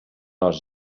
els